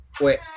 Wait